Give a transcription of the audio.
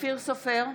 אופיר סופר,